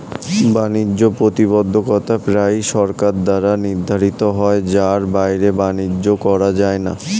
বাণিজ্য প্রতিবন্ধকতা প্রায়ই সরকার দ্বারা নির্ধারিত হয় যার বাইরে বাণিজ্য করা যায় না